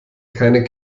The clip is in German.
keine